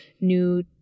new